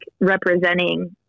representing